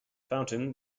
fountain